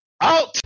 Out